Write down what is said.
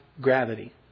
gravity